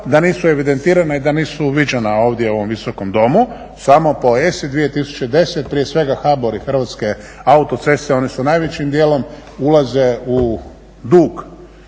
da nisu evidentirana i da nisu viđena ovdje u ovom Visokom domu, samo po ESA-i 2010. prije svega HBOR i Hrvatske autoceste oni su najvećim dijelom ulaze u opći